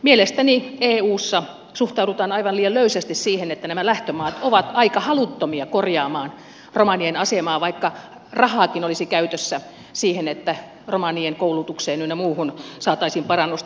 mielestäni eussa suhtaudutaan aivan liian löysästi siihen että nämä lähtömaat ovat aika haluttomia korjaamaan romanien asemaa vaikka rahaakin olisi käytössä siihen että romanien koulutukseen ynnä muuhun saataisiin parannusta